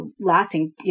lasting